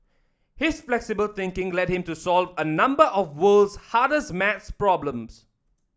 his flexible thinking led him to solve a number of world's hardest maths problems